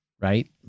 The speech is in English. right